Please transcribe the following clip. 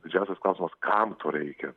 didžiausias klausimas kam to reikia